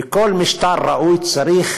וכל משטר ראוי צריך